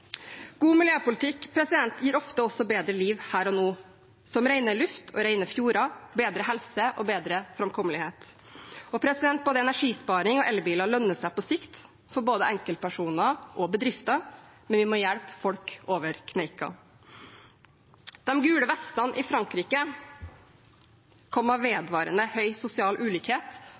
God miljøpolitikk gir ofte også bedre liv her og nå, som renere luft og rene fjorder, bedre helse og bedre framkommelighet. Både energisparing og elbiler lønner seg på sikt for både enkeltpersoner og bedrifter, men vi må hjelpe folk over kneiken. De gule vestene i Frankrike kom av vedvarende høy sosial ulikhet